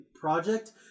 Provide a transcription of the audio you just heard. project